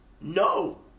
No